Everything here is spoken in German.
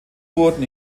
wurden